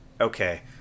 okay